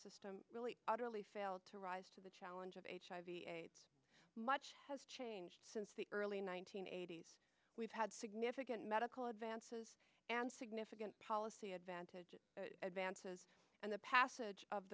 system really utterly failed to rise to the challenge of hiv aids much has changed since the early one nine hundred eighty s we've had significant medical advances and significant policy advantage advances and the passage of